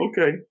okay